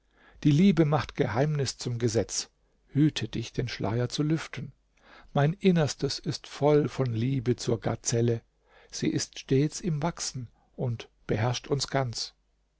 die liebe macht geheimnis zum gesetz hüte dich den schleier zu lüften mein innerstes ist voll von liebe zur gazelle sie ist stets im wachsen und beherrscht uns ganz